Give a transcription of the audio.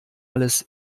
alles